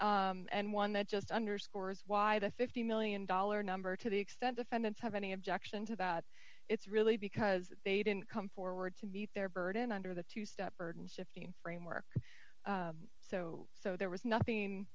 point and one that just underscores why the fifty million dollar number to the extent defendants have any objection to that it's really because they didn't come forward to meet their burden under the two stepford fifteen framework so so there was nothing